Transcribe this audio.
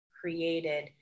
created